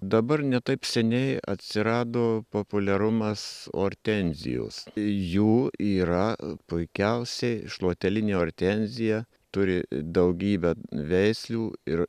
dabar ne taip seniai atsirado populiarumas ortenzijos jų yra puikiausiai šluotelinė ortenzija turi daugybę veislių ir